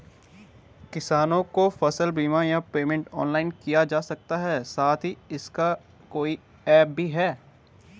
किसानों को फसल बीमा या पेमेंट ऑनलाइन किया जा सकता है साथ ही इसका कोई ऐप भी है?